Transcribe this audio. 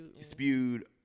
spewed